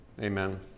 Amen